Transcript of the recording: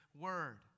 word